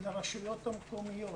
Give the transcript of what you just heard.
לרשויות המקומיות,